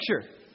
picture